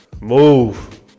move